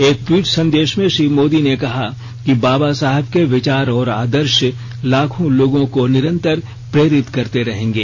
एक ट्वीट संदेश में श्री मोदी ने कहा कि बाबा साहब के विचार और आदर्श लाखों लोगों को निरंतर प्रेरित करते रहेंगे